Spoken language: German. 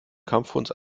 kampfkunst